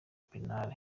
penal